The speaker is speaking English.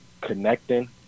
connecting